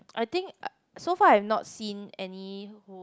I think so far I've not seen any who